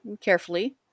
carefully